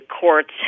courts